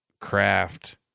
craft